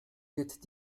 wird